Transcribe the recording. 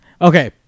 Okay